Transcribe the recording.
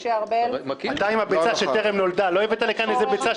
משה ארבל, לא נוכח עודד פורר, בעד